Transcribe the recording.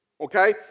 Okay